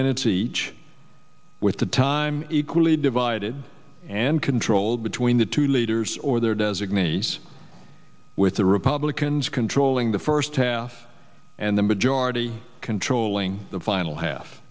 minutes each with the time equally divided and controlled between the two leaders or their designees with the republicans controlling the first half and the majority controlling the final half